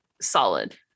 solid